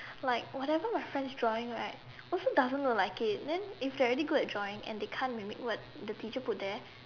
like whatever my friends drawing right also doesn't look like it then if they really good at drawing and they can't mimic what the teacher put there